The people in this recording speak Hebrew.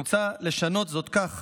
מוצע לשנות זאת כך